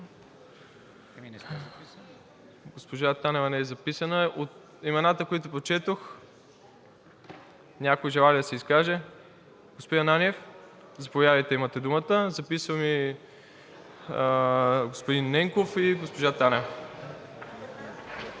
Цончо Ганев. Колеги, от имената, които прочетох, някой желае ли да се изкаже. Господин Ананиев? Заповядайте – имате думата. Записвам и господин Ненков, и госпожа Танева.